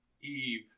Eve